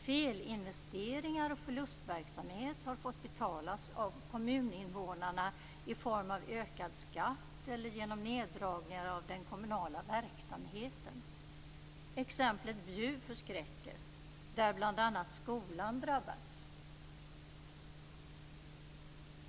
Felinvesteringar och förlustverksamhet har fått betalas av kommuninvånarna i form av ökad skatt eller genom neddragningar av den kommunala verksamheten. Exemplet Bjuv förskräcker, där bl.a. skolan drabbats.